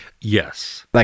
yes